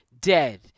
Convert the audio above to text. dead